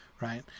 right